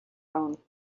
own